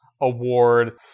award